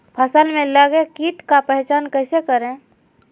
फ़सल में लगे किट का पहचान कैसे करे?